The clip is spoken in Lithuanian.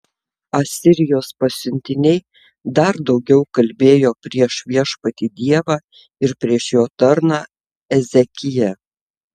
asirijos pasiuntiniai dar daugiau kalbėjo prieš viešpatį dievą ir prieš jo tarną ezekiją